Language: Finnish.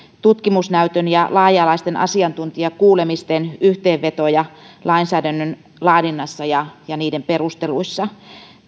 tutkimusnäytön ja laaja alaisten asiantuntijakuulemisten yhteenvetoja lainsäädännön laadinnassa ja ja perusteluissa